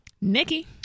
Nikki